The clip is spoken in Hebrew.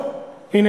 הנה,